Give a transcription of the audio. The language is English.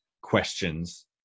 questions